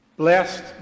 Blessed